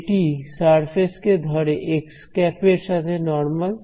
এটি সারফেস কে ধরে xˆ এর সাথে নরমাল